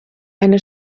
eine